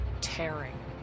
tearing